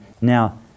Now